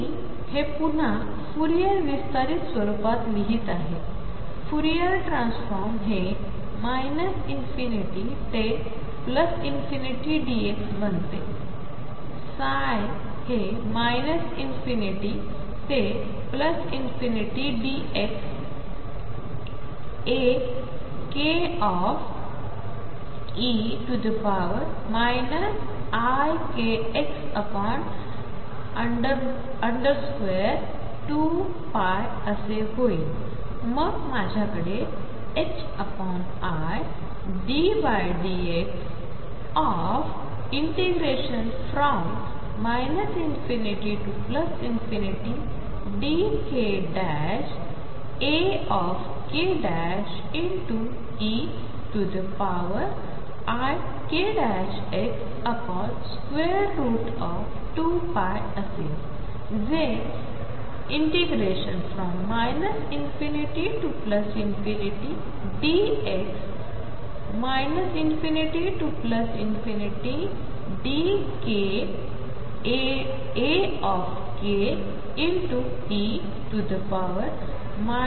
मी हे पुन्हा फूरियर विस्तारित स्वरूपात लिहीत आहे फूरियर ट्रान्सफॉर्म हे ∞ ते dx बनते हे ∞ ते ∞ dkAke ikx 2π असे होईल मग माझ्याकडे iddx of ∞ dk Akeikx2π